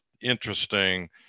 interesting